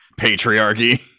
Patriarchy